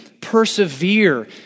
persevere